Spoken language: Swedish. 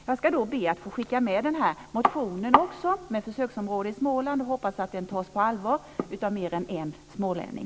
Jag ska be att få skicka med den här motionen med förslag till ett försöksområde i Småland och hoppas att den tas på allvar av mer än en smålänning.